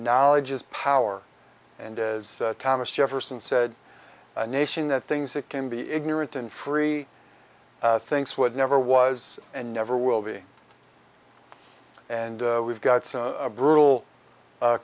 knowledge is power and as thomas jefferson said a nation that things that can be ignorant and free things would never was and never will be and we've got some brutal